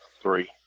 three